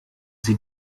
sie